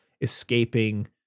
escaping